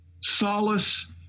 solace